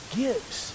gives